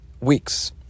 weeks